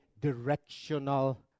directional